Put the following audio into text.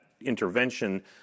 intervention